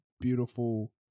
beautiful